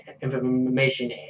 information